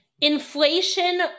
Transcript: inflation